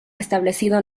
establecido